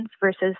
versus